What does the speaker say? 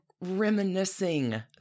reminiscing